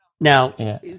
Now